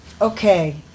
Okay